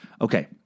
Okay